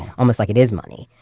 almost like it is money,